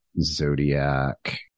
Zodiac